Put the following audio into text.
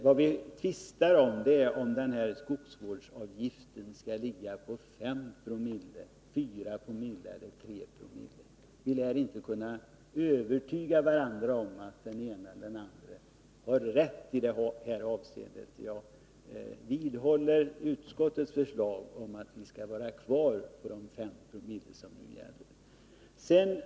Vad vi tvistar om är om skogsvårdsavgiften skall ligga på 5 oc, 4 Jo eller 3 Zoo. Vi lär inte kunna övertyga varandra om att den ene eller den andre har rätt i det här avseendet. Jag vidhåller utskottets förslag om att vi skall vara kvar på de 5 Zoo som nu gäller.